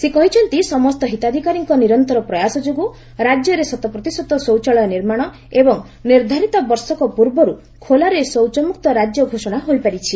ସେ କହିଛନ୍ତି ସମସ୍ତ ହିତାଧିକାରୀଙ୍କ ନିରନ୍ତର ପ୍ରୟାସ ଯୋଗୁଁ ରାଜ୍ୟରେ ଶତ ପ୍ରତିଶତ ଶୌଚାଳୟ ନିର୍ମାଣ ଏବଂ ନିର୍ଦ୍ଧାରିତ ବର୍ଷକ ପୂର୍ବରୁ ଖୋଲାରେ ଶୌଚମୁକ୍ତ ରାଜ୍ୟ ଘୋଷଣା ହୋଇପାରିଛି